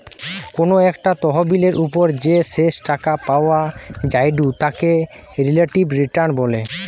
কোনো একটা তহবিলের ওপর যে শেষ টাকা পাওয়া জায়ঢু তাকে রিলেটিভ রিটার্ন বলে